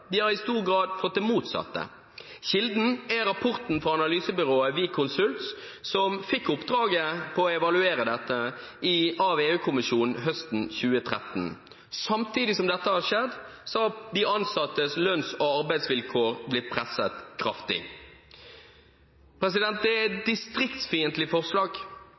de har i stor grad fått det motsatte. Kilden er rapporten fra analysebyrået WIK Consult, som fikk oppdraget med å evaluere dette av EU-kommisjonen høsten 2013. Samtidig som dette har skjedd, har de ansattes lønns- og arbeidsvilkår blitt presset kraftig. Det er et distriktsfiendtlig forslag.